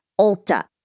Ulta